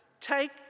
Take